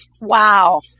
Wow